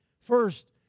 First